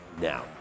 now